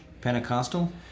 Pentecostal